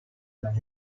extend